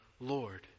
Lord